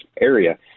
area